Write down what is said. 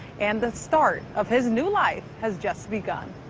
and the start of his new life has just begun.